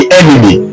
enemy